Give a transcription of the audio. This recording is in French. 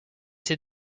ces